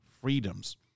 freedoms